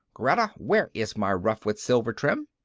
greta, where is my ruff with silver trim?